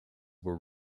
were